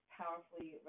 powerfully